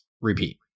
repeat